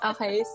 Okay